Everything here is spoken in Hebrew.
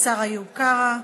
חבר הכנסת איוב קרא.